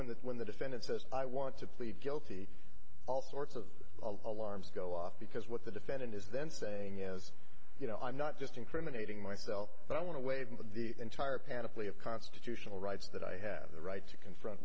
when that when the defendant says i want to plead guilty all sorts of alarms go off because what the defendant is then saying is you know i'm not just incriminating myself but i want to wait until the entire panel play of constitutional rights that i have the right to confront